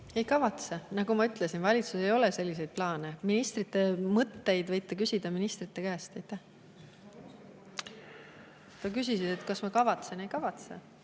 Ei kavatse. Nagu ma ütlesin, valitsusel ei ole selliseid plaane. Ministrite mõtteid võite küsida ministrite käest. Sa küsisid, kas ma kavatsen. Ei kavatse.